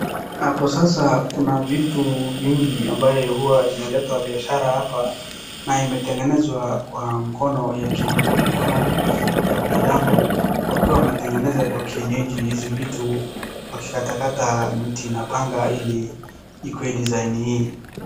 Hapo sasa kuna vitu vingi ambayo imeletwa biashara hapa na imetengezwa kwa mkono ya binadamu kwa kuwa wametengeza kwa kienyeji hizi vitu wakikatakata mti na panga ili ikuwe design hii.